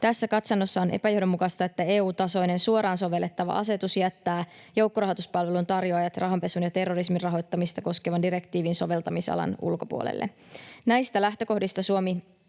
Tässä katsannossa on epäjohdonmukaista, että EU-tasoinen suoraan sovellettava asetus jättää joukkorahoituspalvelun tarjoajat rahanpesun ja terrorismin rahoittamista koskevan direktiivin soveltamisalan ulkopuolelle. Näistä lähtökohdista Suomi